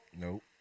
Nope